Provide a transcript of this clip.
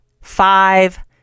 five